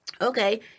Okay